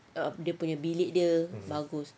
dia punya bilik dia bagus